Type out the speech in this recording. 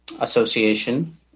Association